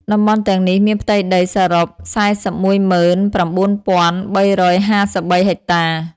តំបន់ទាំងនេះមានផ្ទៃដីសរុប ៤១៩,៣៥៣ ហិកតា។